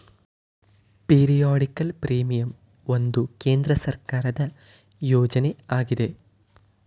periodical premium ಒಂದು ಕೇಂದ್ರ ಸರ್ಕಾರದ ಯೋಜನೆ ಆಗಿದೆ